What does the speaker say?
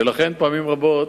ולכן, פעמים רבות